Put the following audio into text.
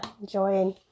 enjoying